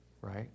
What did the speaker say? right